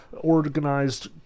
organized